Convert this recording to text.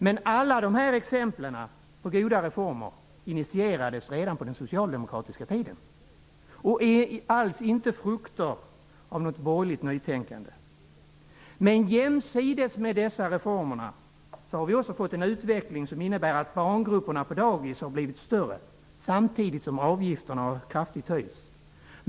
Men alla dessa goda reformer initierades redan på den socialdemokratiska tiden och är alls inte frukter av något borgerligt nytänkande. Jämsides med dessa reformer har vi fått en utveckling som innebär att barngrupperna på dagis har blivit större, samtidigt som avgifterna kraftigt har höjts.